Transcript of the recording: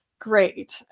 great